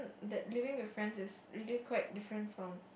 that living with friends is really quite different from